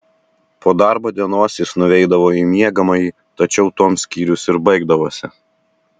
po darbo dienos jis nueidavo į miegamąjį tačiau tuom skyrius ir baigdavosi